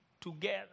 together